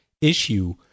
issue